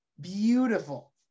beautiful